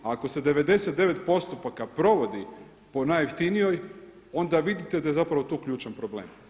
Ako se 99 postupaka provodi po najjeftinijoj onda vidite da je zapravo to ključan problem.